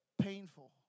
painful